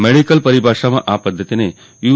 medical પરિભાષામાં આ પધ્ધતિને યુ